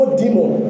demon